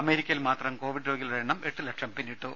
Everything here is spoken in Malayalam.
അമേരിക്കയിൽ മാത്രം കോവിഡ് രോഗികളുടെ എണ്ണം എട്ട് ലക്ഷം പിന്നിട്ടു